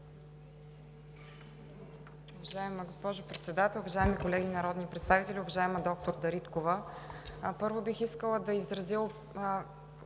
Уважаема госпожо Председател, уважаеми колеги народни представители! Уважаема доктор Дариткова, първо, бих искала да изразя